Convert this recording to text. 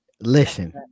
Listen